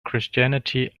christianity